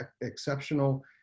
exceptional